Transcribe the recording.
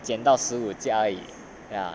减到十五家而已 ya